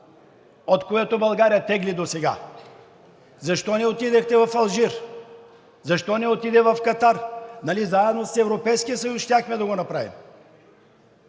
от който България тегли и досега? Защо не отиде в Алжир? Защо не отиде в Катар? Нали заедно с Европейския съюз щяхме да го направим?